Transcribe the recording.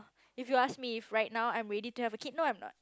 if you ask me if right now I'm ready to have a kid no I'm not